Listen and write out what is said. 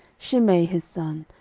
shimei his son,